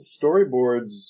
storyboards